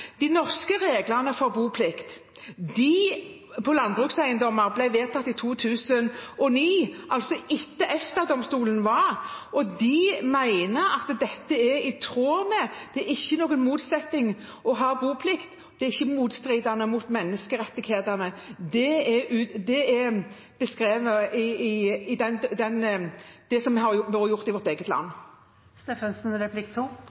på landbrukseiendommer ble vedtatt i 2009, altså etter EU-domstolens dom, og man mente at de var i tråd med dette – det er ikke noen motsetning når det gjelder det å ha boplikt, det strider ikke mot menneskerettighetene. Det er beskrevet i det som har vært gjort i